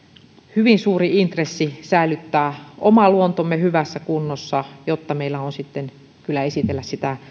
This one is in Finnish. hyvin suuri intressi säilyttää oma luontomme hyvässä kunnossa jotta meillä on esitellä sitä